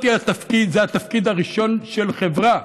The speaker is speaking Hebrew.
זה התפקיד הראשון של חברה.